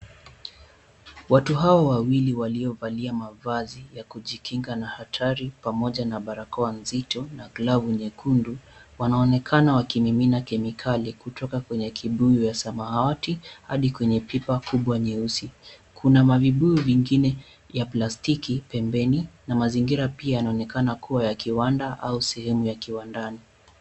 Watu hawa wawili waliovalia mavazi ya kujikinga na hatari pamoja na barakoa nzito na glavu nyekundu. Wanaonekana wakimimina kemikali kutoka kwenye kibuyu ya samawati hadi kwenye pipa kubwa nyeusi. Kuna mavibuyu vingine ya plastiki pembeni na mazingira pia yanonekana kuwa ya kiwanda au sehemu ya kiwandani.